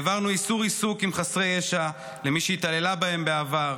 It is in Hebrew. העברנו איסור עיסוק עם חסרי ישע למי שהתעללה בהם בעבר,